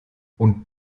und